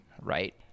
right